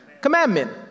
commandment